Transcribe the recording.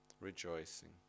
rejoicing